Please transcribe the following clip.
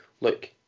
look